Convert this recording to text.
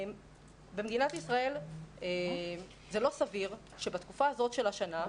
במדינת ישראל זה לא סביר שבתקופה הזאת של השנה,